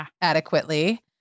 adequately